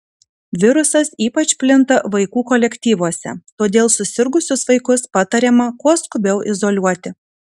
virusas ypač plinta vaikų kolektyvuose todėl susirgusius vaikus patariama kuo skubiau izoliuoti